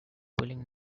pulling